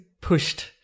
pushed